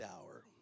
hour